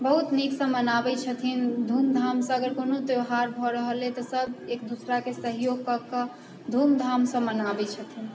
बहुत नीकसँ मनाबैत छथिन धूमधामसँ अगर कोनो त्यौहार भऽ रहल अइ तऽ सभ एक दूसराके सहयोग कऽ कऽ धूमधामसँ मनाबैत छथिन